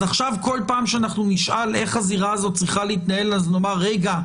אז עכשיו כל פעם שאנחנו נשאל איך הזירה הזו צריכה להתנהל אז נאמר רגע,